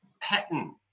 pattern